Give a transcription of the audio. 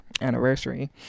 anniversary